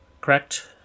correct